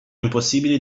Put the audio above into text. impossibili